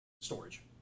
Storage